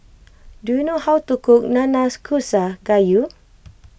do you know how to cook Nanakusa Gayu